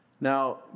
Now